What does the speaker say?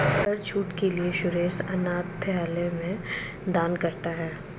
कर छूट के लिए सुरेश अनाथालय में दान करता है